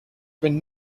been